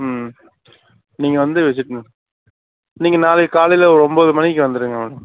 ம் நீங்கள் வந்து விசிட் பண்ணுங்கள் நீங்கள் நாளைக்கு காலையில் ஒம்பது மணிக்கு வந்துடுங்க மேடம்